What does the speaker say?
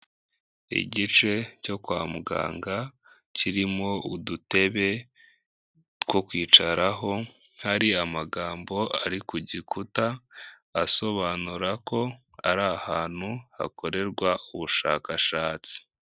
Igice cyo kwa muganga kirimo udutebe two kwicaraho, hari amagambo ari ku gikuta asobanura ko ari ahantu hakorerwa ubushakashatsi.